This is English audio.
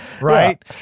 Right